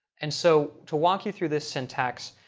and so to walk you through this syntax,